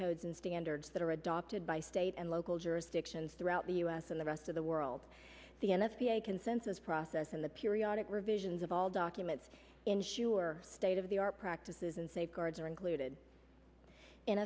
codes and standards that are adopted by state and local jurisdictions throughout the us and the rest of the world the n f p a consensus process in the periodic revisions of all documents ensure state of the our practices and safeguards are included in